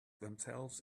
themselves